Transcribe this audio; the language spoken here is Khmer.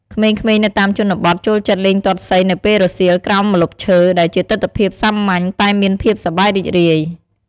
ក្មេងៗនៅតាមជនបទចូលចិត្តលេងទាត់សីនៅពេលរសៀលក្រោមម្លប់ឈើ ដែលជាទិដ្ឋភាពសាមញ្ញតែមានភាពសប្បាយរីករាយ។